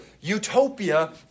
utopia